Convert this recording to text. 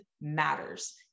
matters